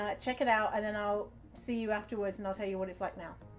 ah check it out and then i'll see you afterwards and i'll tell you what it's like now.